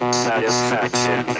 satisfaction